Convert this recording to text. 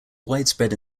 widespread